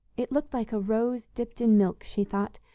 it looked like a rose dipped in milk, she thought,